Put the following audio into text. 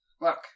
Look